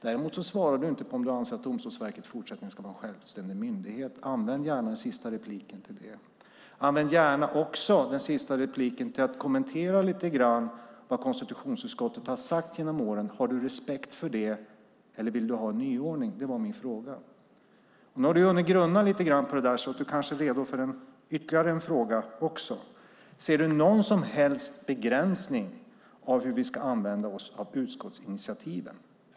Däremot svarar du inte på om du anser att Domstolsverket i fortsättningen ska vara en självständig myndighet. Använd gärna den sista repliken till det. Använd gärna också den sista repliken till att kommentera lite grann vad konstitutionsutskottet har sagt genom åren. Har du respekt för det eller vill du ha en nyordning? Det var min fråga. Nu har du hunnit grunna lite grann på det där så du kanske är redo för ytterligare en fråga också. Ser du någon som helst begränsning av hur vi ska använda oss av utskottsinitiativet?